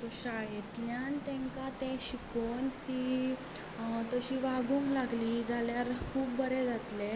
so शाळेंतल्यान तांकां तें शिकोवन तीं तशीं वागूंक लागलीं जाल्यार खूब बरें जातलें